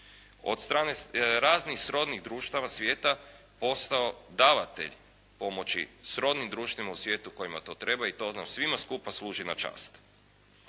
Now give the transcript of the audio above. od strane raznih srodnih društava svijeta postao davatelj pomoći srodnim društvima u svijetu kojima to treba i to nam svima skupa služi na čast.